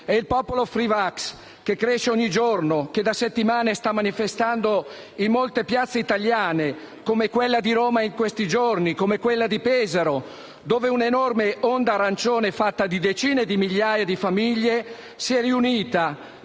È il popolo *free vax*, che cresce ogni giorno, che da settimane sta manifestando in molte piazze italiane, come quella di Roma negli ultimi giorni, e come quella di Pesaro, dove un'enorme onda arancione fatta di decine di migliaia di famiglie si è riunita,